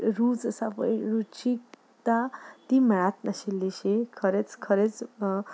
रूच आसा पळय रुचीक ती मेळच नाशिल्लीशी खरेंच खरेंच